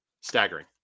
staggering